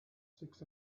six